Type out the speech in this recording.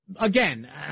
again